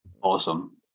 awesome